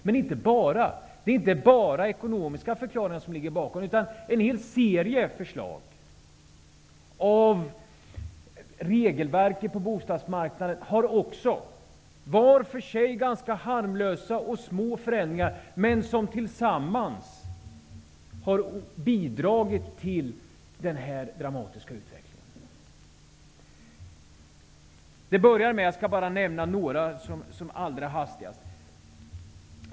Men det är inte bara ekonomiska förklaringar som ligger bakom, utan en hel serie förslag till regelverk på bostadsmarknaden -- var för sig ganska små och harmlösa förändringar -- har tillsammans bidragit till den här dramatiska utvecklingen. Jag skall som allra hastigast nämna några exempel.